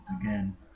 again